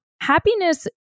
happiness